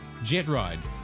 Jetride